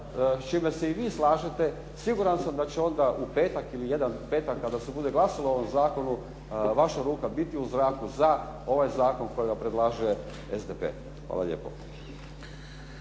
s čime se i vi slažete, siguran sam da će onda u petak ili jedan petak kada se bude glasalo o ovom zakonu, vaša ruka biti u zraku za ovaj zakon kojega predlaže SDP. Hvala lijepo.